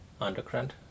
underground